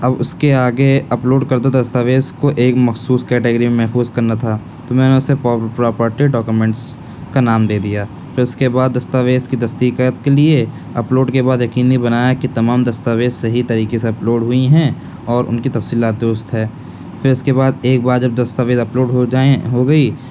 اب اس کے آگے اپ لوڈ کردو دستاویز کو ایک مخصوص کیٹگری میں محفوظ کرنا تھا تو میں نے اسے پراپرٹی ڈاکیومینٹس کا نام دے دیا پھر اس کے بعد دستاویز کی تصدیقات کے لیے اپ لوڈ کے بعد یقینی بنایا کہ تمام دستاویز صحیح طریقے سے اپ لوڈ ہوئی ہیں اور ان کی تفصیلات درست ہے پھر اس کے بعد ایک بار جب دستاویز اپ لوڈ ہوجائیں ہوگئی